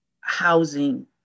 housing